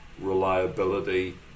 reliability